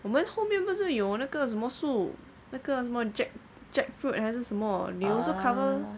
我们后面不是有那个什么树那个什么 jack jackfruit 还是什么 we cover